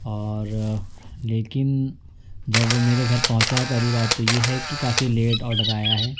اور لیکن جب وہ میرے گھر پہنچا پہلی بات تو یہ ہے کہ کافی لیٹ آڈر آیا ہے